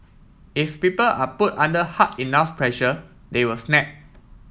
if people are put under hard enough pressure they will snap